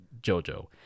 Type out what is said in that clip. Jojo